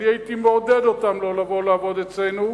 אני הייתי מעודד אותם לא לבוא לעבוד אצלנו,